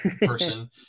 person